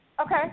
Okay